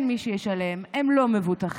אין מי שישלם, הם לא מבוטחים,